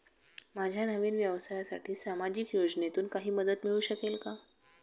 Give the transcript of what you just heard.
माझ्या नवीन व्यवसायासाठी सामाजिक योजनेतून काही मदत मिळू शकेल का?